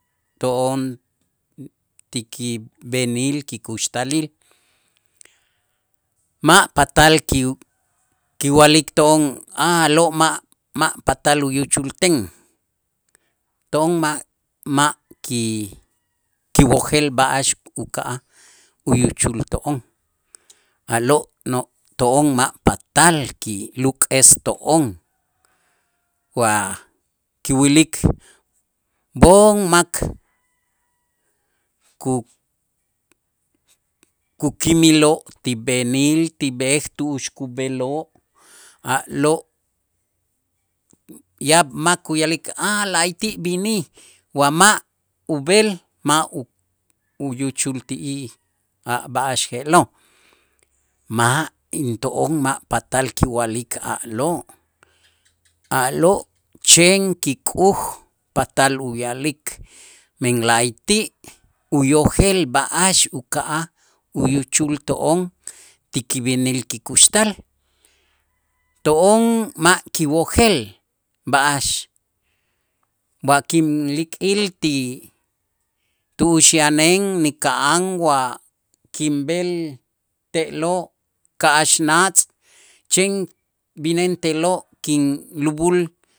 To'on ti kib'enil kikuxtalil, ma' patal kiw- kiwa'likto'on a'lo' ma' ma' patal uyuchulten, to'on ma' ma' ki' kiwojel b'a'ax uka'aj uyuchulto'on a'lo' no to'on ma' patal kiluk'esto'on wa kiwilik b'oon mak kukimiloo' ti b'enil ti b'ej tu'ux kub'eloo' a'lo' yaab' mak kuya'lik ah la'ayti' b'inij wa ma' ub'el ma' u- uyuchul ti'ij a' b'a'ax je'lo', ma' into'on ma' patal kiwa'lik a'lo', a'lo' chen kik'uj patal uya'lik men la'ayti' uyojel b'a'ax uka'aj uyuchulto'on ti kib'enil kikuxtal, to'on ma' kiwojel b'a'ax kinlik'il ti tu'ux yanen näka'an wa kinb'el te'lo' ka'ax natz' chen b'ineen te'lo' kinlub'ul